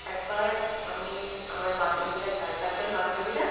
একবার আমি আমার বান্ধবীরা চার পাঁচজন বান্ধবীরা